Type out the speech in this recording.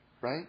Right